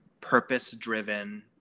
purpose-driven